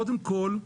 קודם כל,